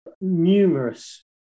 numerous